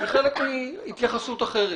היא חלק מהתייחסות אחרת,